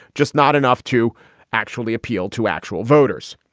just not enough to actually appeal to actual voters.